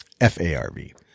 FARV